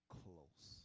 close